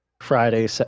Friday